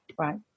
Right